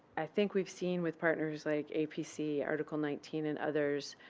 i think we've seen with partners like apc, article nineteen and others.